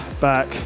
back